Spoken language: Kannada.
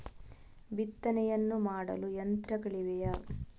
ಬಿತ್ತನೆಯನ್ನು ಮಾಡಲು ಯಂತ್ರಗಳಿವೆಯೇ?